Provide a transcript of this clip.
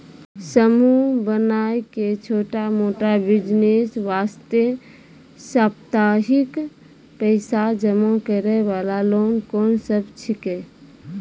समूह बनाय के छोटा मोटा बिज़नेस वास्ते साप्ताहिक पैसा जमा करे वाला लोन कोंन सब छीके?